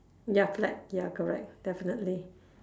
ya collect ya correct definitely